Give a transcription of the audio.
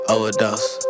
Overdose